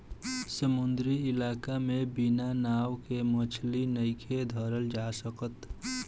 समुंद्री इलाका में बिना नाव के मछली नइखे धरल जा सकत